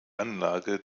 anlage